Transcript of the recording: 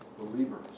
believers